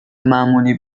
معمولی